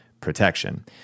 protection